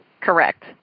correct